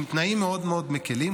עם תנאים מאוד מאוד מקילים,